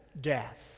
death